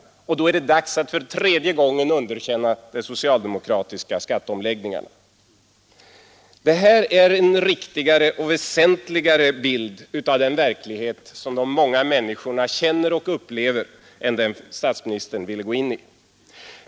Och då är det dags att för tredje gången underkänna de socialdemokratiska skatteomläggningarna. Detta är en riktigare och väsentligare bild av den verklighet som de många människorna känner och upplever än den statsministern ville teckna.